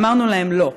אמרנו להם: לא,